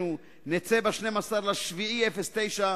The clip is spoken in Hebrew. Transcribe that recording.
אינני רוצה שאף אחד מאתנו ינסה לעמוד